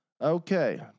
Okay